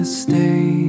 stay